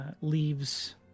leaves